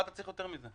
מה אתה צריך יותר מזה?